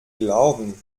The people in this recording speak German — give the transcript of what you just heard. glauben